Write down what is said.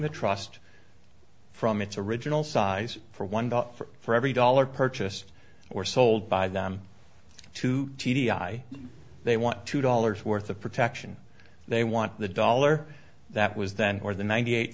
the trust from its original size for one dollar for every dollar purchased or sold by them two t d i they want two dollars worth of protection they want the dollar that was then or the ninety eight